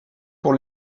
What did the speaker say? pour